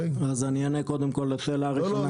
אז אני אענה קודם כל לשאלה הראשונה.